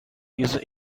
user